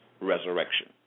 resurrection